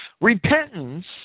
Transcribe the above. Repentance